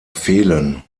fehlen